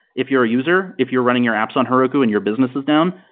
if you're a user, if you're running your apps on heroku and your business is down,